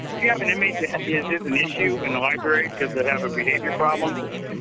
if you have an inmate that is is an issue in the library cause they have a behavior problem,